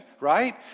right